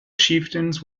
chieftains